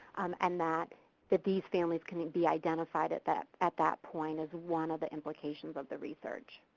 and that that these families can be identified at that at that point is one of the implications of the research.